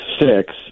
six